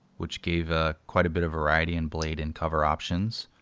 which gave ah quite a bit of variety in blade and cover options.